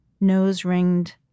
nose-ringed